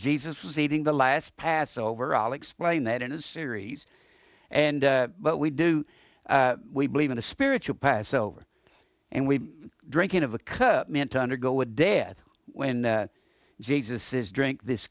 jesus was eating the last passover all explain that in a series and but we do we believe in the spiritual passover and we drinking of the cup meant to undergo a dad when the jesus is drink this